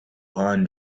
hand